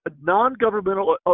non-governmental